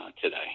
today